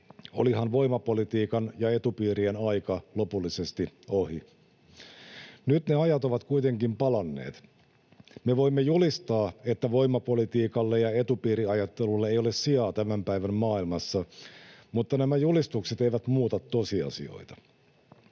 olihan voimapolitiikan ja etupiirien aika lopullisesti ohi. Nyt ne ajat ovat kuitenkin palanneet. Me voimme julistaa, että voimapolitiikalle ja etupiiriajattelulle ei ole sijaa tämän päivän maailmassa, mutta nämä julistukset eivät muuta tosiasioita.